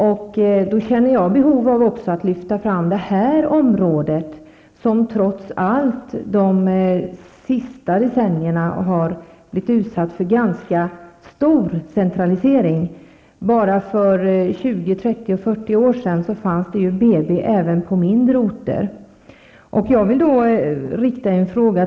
Jag känner behov av att lyfta fram även detta område, som trots allt under de senaste decennierna har blivit utsatt för ganska stor centralisering. För bara 20, 30 och 40 år sedan fanns det ett BB även på mindre orter.